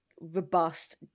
robust